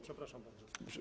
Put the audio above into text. Przepraszam bardzo.